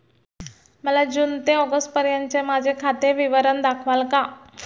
मला जून ते ऑगस्टपर्यंतचे माझे खाते विवरण दाखवाल का?